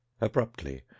abruptly